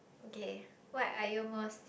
okay what are you most